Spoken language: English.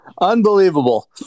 Unbelievable